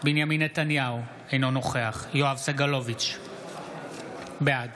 בנימין נתניהו, אינו נוכח יואב סגלוביץ' בעד